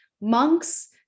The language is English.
monks